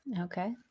okay